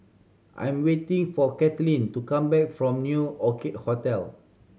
I'm waiting for Kathlyn to come back from New Orchid Hotel